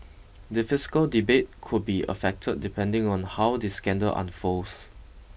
the fiscal debate could be affected depending on how this scandal unfolds